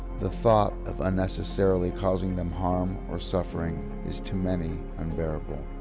the thought of unnecessarily causing them harm or suffering, is to many, unbearable.